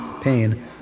pain